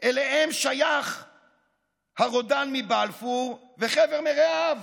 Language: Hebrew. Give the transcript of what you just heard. אליהם שייך הרודן מבלפור, וחבר מרעיו.